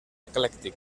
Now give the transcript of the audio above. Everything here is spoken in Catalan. eclèctic